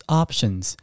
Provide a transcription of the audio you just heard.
options